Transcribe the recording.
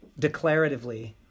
declaratively